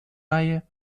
reihe